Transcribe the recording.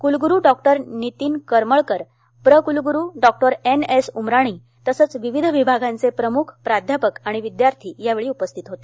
कुलगुरू डॉक्टर नितीन करमळकर प्र कुलगुरू डॉक्टर एन एस उमराणी तसेच विविध विभागांचे प्रम्ख प्राध्यापक आणि विद्यार्थी उपस्थित होते